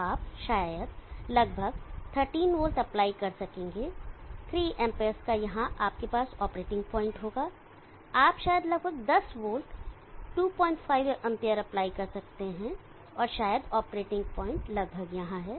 तो आप शायद लगभग 13 वोल्ट अप्लाई कर सकेंगे 3 Amps का यहाँ आपके पास ऑपरेटिंग पॉइंट होगा आप शायद लगभग 10 वोल्ट 25 Amps अप्लाई कर सकते हैं और शायद ऑपरेटिंग पॉइंट लगभग यहाँ है